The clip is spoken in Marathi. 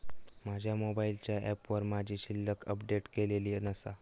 माझ्या मोबाईलच्या ऍपवर माझी शिल्लक अपडेट केलेली नसा